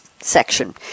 section